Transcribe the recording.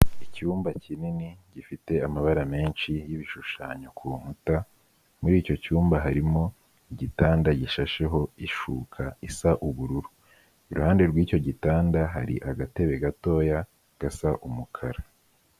Icyumba kinini gifite amabara menshi y'ibishushanyo ku nkuta, muri icyo cyumba harimo igitanda gishasheho ishuka isa ubururu, iruhande rw'icyo gitanda, hari agatebe gatoya gasa umukara.